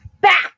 back